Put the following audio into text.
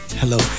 hello